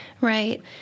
Right